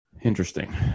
Interesting